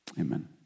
Amen